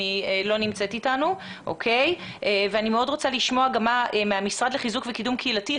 מאוד רוצה לשמוע את המשרד לחיזוק וקידום קהילתי.